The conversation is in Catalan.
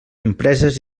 empreses